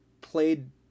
played